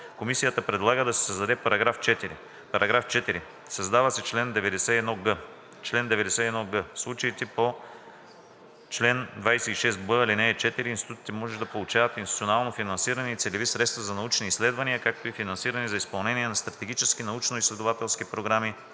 Комисията предлага да се създаде § 4: „§ 4. Създава се чл. 91 г: „Чл. 91 г. В случаите по чл. 26б, ал. 4 институтите може да получават институционално финансиране и целеви средства за научни изследвания, както и финансиране за изпълнение на стратегически научноизследователски програми